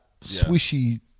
swishy